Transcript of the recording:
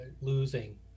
losing